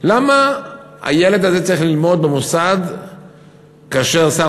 למה הילד הזה צריך ללמוד במוסד כאשר שר